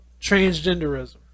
transgenderism